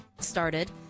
started